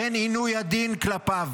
לכן עינוי הדין כלפיו.